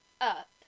up